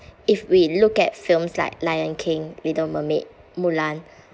if we look at films like lion king little mermaid mulan